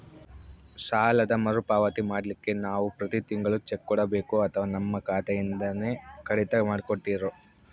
ಸಾಲದ ಮರುಪಾವತಿ ಮಾಡ್ಲಿಕ್ಕೆ ನಾವು ಪ್ರತಿ ತಿಂಗಳು ಚೆಕ್ಕು ಕೊಡಬೇಕೋ ಅಥವಾ ನಮ್ಮ ಖಾತೆಯಿಂದನೆ ಕಡಿತ ಮಾಡ್ಕೊತಿರೋ?